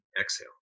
exhale